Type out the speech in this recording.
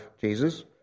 Jesus